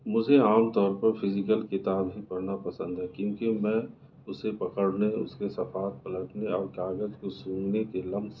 مجھے عام طور پر فیزیکل کتاب ہی پڑھنا پسند ہے کیونکہ میں اُسے پکڑنے اُس کے صفحات پلٹنے اور کاغذ کو سونگھنے کے لمس